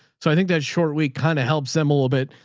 so i think that short week kind of helps them a little bit.